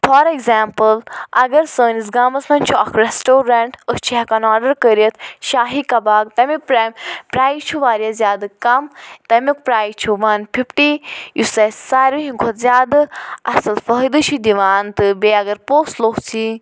for example اگر سٲنِس گامَس مَنٛز چھُ اکھ ریٚسٹوریٚنٛٹ أسۍ چھِ ہیٚکان آرڈَر کٔرِتھ شاہی کباب تَمیٛک پرٛایس چھُ واریاہ زیادٕ کم تَمیٛک پرٛایس چھُ وَن فِفٹی یُس اسہِ ساروٕے ہنٛدۍ کھۄتہ زیادٕ اصٕل فٲیدٕ چھُ دوان تہٕ بیٚیہِ اگر پوٚژھ لوٚژھ یی